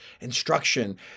instruction